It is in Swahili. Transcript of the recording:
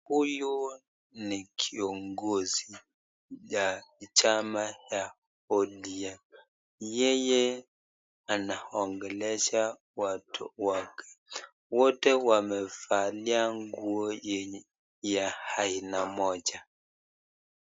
Huyu ni kiongozi ya chama ya ODM yeye anaongelesha watu wake wote wamevalia nguo ya aina moja.